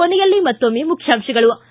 ಕೊನೆಯಲ್ಲಿ ಮತ್ತೊಮ್ನೆ ಮುಖ್ಯಾಂಶಗಳು